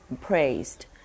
praised